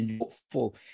hopeful